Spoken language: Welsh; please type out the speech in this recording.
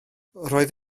roedd